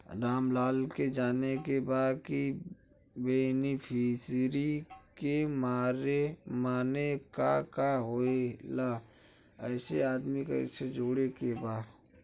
रामलाल के जाने के बा की बेनिफिसरी के माने का का होए ला एमे आदमी कैसे जोड़े के बा?